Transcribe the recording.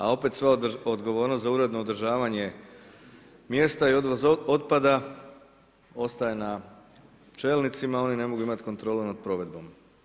A opet sva odgovornost za uredno održavanje mjesta i odvoz otpada, ostaje na čelnicima, oni ne mogu imati kontrolu nad provedbom.